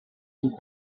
une